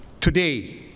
Today